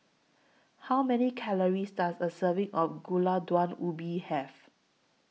How Many Calories Does A Serving of Gulai Daun Ubi Have